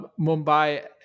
Mumbai